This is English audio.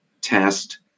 test